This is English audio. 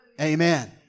Amen